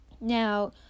Now